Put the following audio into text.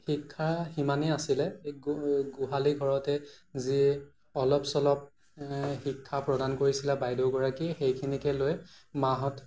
শিক্ষা সিমানেই আছিলে গোহালি ঘৰতেই যি অলপ চলপ শিক্ষা প্ৰদান কৰিছিলে বাইদেউগৰাকীয়ে সেইখিনিকে লৈ মাহঁত